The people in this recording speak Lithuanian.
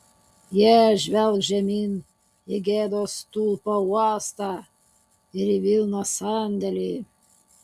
jie žvelgs žemyn į gėdos stulpo uostą ir į vilnos sandėlį